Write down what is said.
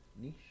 Niche